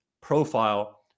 profile